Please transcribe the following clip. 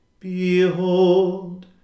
Behold